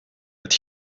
het